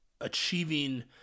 achieving